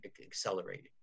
accelerating